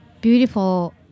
beautiful